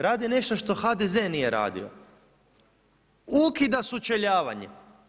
Radi nešto što HDZ nije radio, ukida sučeljavanje.